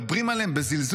מדברים עליהם בזלזול.